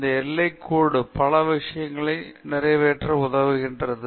இந்த எல்லைக்கோடு பல விஷயங்களை நிறைவேற்ற உதவுகிறது